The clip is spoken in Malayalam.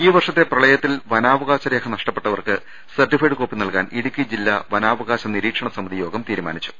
ഈ വർഷത്തെ പ്രളയത്തിൽ വനാവകാശ രേഖ നഷ്ടപ്പെട്ടവർക്ക് സർട്ടിഫൈഡ് കോപ്പി നൽകാൻ ഇടുക്കി ജില്ല വനാവകാശ നിരീ ക്ഷണ സമിതി യോഗം തീരുമാനിച്ചു